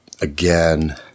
Again